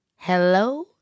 hello